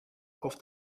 auf